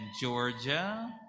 Georgia